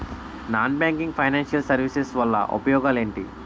Non banking financial services వల్ల ఉపయోగాలు ఎంటి?